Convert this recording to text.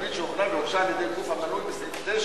תוכנית שהוכנה והוגשה על-ידי גוף המנוי בסעיף 9